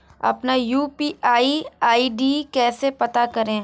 अपना UPI ID कैसे पता करें?